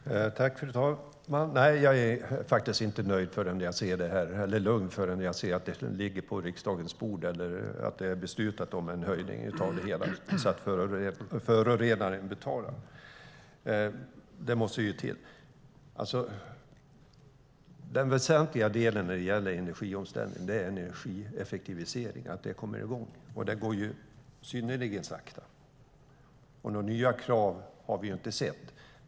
Fru talman! Nej, jag blir faktiskt inte lugn förrän jag ser att detta ligger på riksdagens bord eller att man har beslutat om en höjning på ett sådant sätt att förorenaren betalar. Det måste till. Den väsentliga delen när det gäller energiomställning är att en energieffektivisering kommer i gång, och en sådan går synnerligen sakta. Några nya krav har vi inte sett.